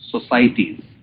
societies